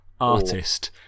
artist